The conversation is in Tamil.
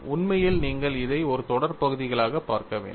உண்மையில் நீங்கள் இதை ஒரு தொடர் பகுதிகளாகப் பார்க்க வேண்டும்